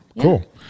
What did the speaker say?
cool